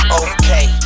okay